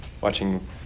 watching